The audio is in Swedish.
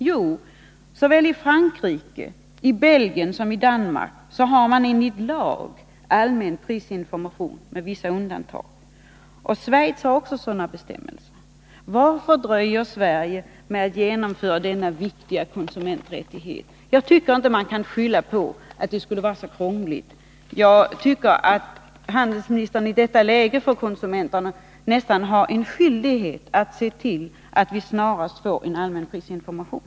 Jo, såväl i Frankrike och Belgien som i Danmark har man enligt lag allmän prisinformation med vissa undantag. Schweiz har också sådana bestämmelser. Varför dröjer Sverige med att genomföra denna viktiga konsumenträttighet? Jag tycker inte man kan skylla på att det skulle vara krångligt. Jag tycker att handelsministern i detta läge för konsumenterna nästan har en skyldighet att se till att vi snarast får en allmän prisinformation.